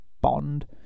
Bond